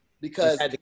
because-